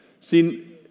see